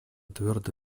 твердо